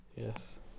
yes